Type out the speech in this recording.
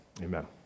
amen